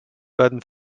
werden